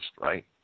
right